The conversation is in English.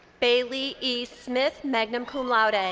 bailey e. smith, magna cum laude. and